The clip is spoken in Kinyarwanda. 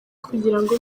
kugirango